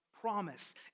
promise